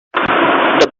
the